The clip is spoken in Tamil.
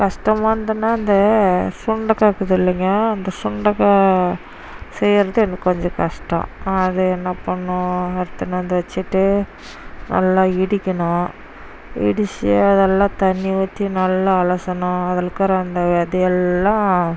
கஷ்டமானதுன்னா இந்த சுண்டக்காய் இருக்குதில்லைங்க அந்த சுண்டக்காய் செய்யறது எனக்கு கொஞ்சம் கஷ்டம் அது என்ன பண்ணும் எடுத்துன்னு வந்து வச்சுட்டு நல்லா இடிக்கணும் இடிச்சு அதெல்லாம் தண்ணி ஊற்றி நல்லா அலசணும் அதில் இருக்கிற அந்த விதையெல்லாம்